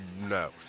no